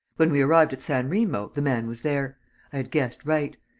when we arrived at san remo, the man was there. i had guessed right.